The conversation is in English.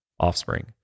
offspring